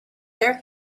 there